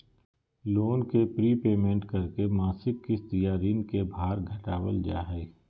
loan के prepayment करके मासिक किस्त या ऋण के भार घटावल जा हय